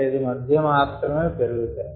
5 మధ్య మాత్రమే పెరుగుతాయి